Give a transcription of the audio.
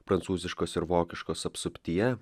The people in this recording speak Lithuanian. prancūziškos ir vokiškos apsuptyje